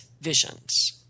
visions